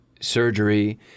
surgery